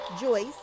Joyce